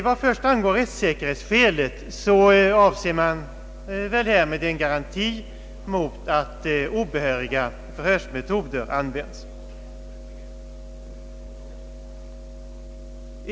Vad först angår rättssäkerhetsskälet avser man väl härmed en garanti mot att obehöriga förhörsmetoder användes.